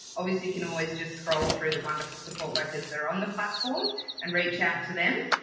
obviously can always just scroll through the wonderful support workers there on the platform and reach out to them.